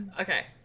okay